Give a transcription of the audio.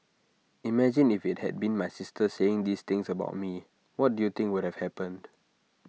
imagine if IT had been my sister saying these things about me what do you think would have happened